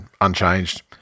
unchanged